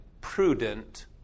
prudent